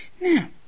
Now